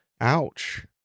Ouch